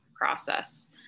process